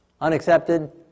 unaccepted